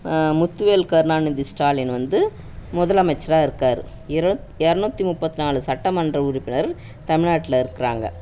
முத்துவேல் கருணாநிதி ஸ்டாலின் வந்து முதலமைச்சராக இருக்கார் இருவத் இரநூத்தி முப்பத்து நாலு சட்டமன்ற உறுப்பினர் தமிழ்நாட்டில் இருக்கிறாங்க